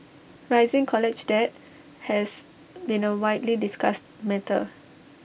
rising college debt has been A widely discussed matter